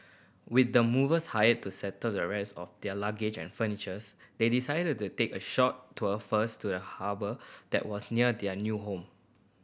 with the movers hired to settle the rest of their luggage and furnitures they decided to take a short tour first to the harbour that was near their new home